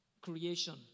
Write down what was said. creation